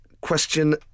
Question